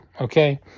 Okay